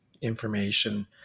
information